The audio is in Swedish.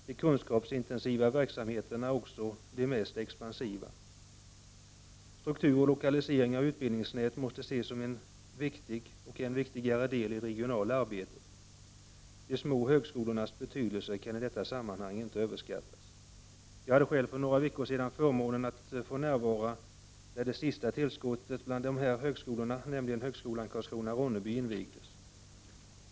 De kunskapsintensiva verksamheterna är i dag de mest expansiva. Struktur och lokalisering av utbildningsnätet måste ses som en än viktigare del i det regionala arbetet. De små högskolornas betydelse kan i detta sammanhang inte överskattas. Själv hade jag för några veckor sedan förmånen att närvara när det senaste tillskottet bland dessa högskolor invigdes, nämligen högskolan Karlskrona-Ronneby.